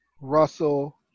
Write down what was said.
Russell